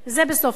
זה בסוף שנה,